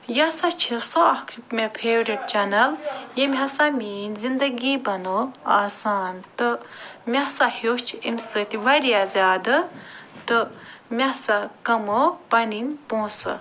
یہ ہسا چھِ سۄ اکھ مےٚ فیٚورِٹ چنل ییٚمہِ ہَسا میٛٲنۍ زنٛدگی بنٲو آسان تہٕ مےٚ سا ہیوٚچھ اَمہِ سۭتۍ وارِیاہ زیادٕ تہٕ مےٚ ہسا کمٲو پنٕنۍ پۅنٛسہٕ